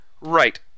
Right